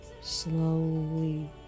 Slowly